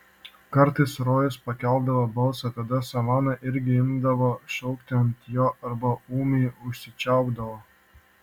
kartais rojus pakeldavo balsą tada savana irgi imdavo šaukti ant jo arba ūmai užsičiaupdavo